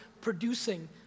producing